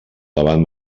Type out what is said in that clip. davant